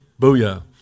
Booyah